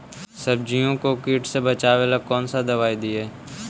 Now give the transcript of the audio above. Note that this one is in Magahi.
सब्जियों को किट से बचाबेला कौन सा दबाई दीए?